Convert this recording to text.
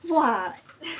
!wah!